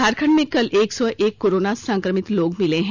झारखंड में कल एक सौ एक कोरोना संक्रमित लोग मिले हैं